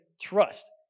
trust